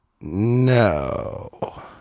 no